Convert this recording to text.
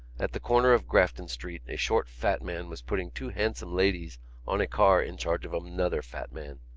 at the corner of grafton street a short fat man was putting two handsome ladies on a car in charge of another fat man.